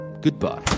Goodbye